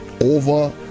over